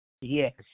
Yes